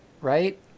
right